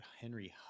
Henry